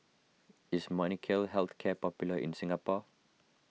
is Molnylcke Health Care popular in Singapore